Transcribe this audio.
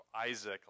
Isaac